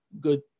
good